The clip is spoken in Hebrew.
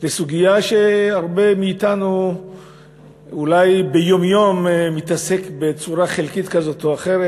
לסוגיה שאולי הרבה מאתנו מתעסקים בה ביום-יום בצורה חלקית כזאת או אחרת,